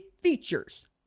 features